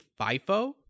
FIFO